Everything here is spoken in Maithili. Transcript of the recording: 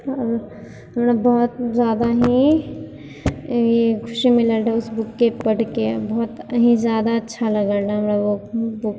आओर हमरा बहुत जादा ही खुशी मिलल रहऽ उस बुकके पढ़के बहुत ही जादा अच्छा लागल रहऽ हमरा बुक